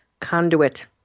conduit